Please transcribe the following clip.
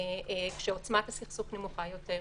כשעוצמת הסכסוך נמוכה יותר,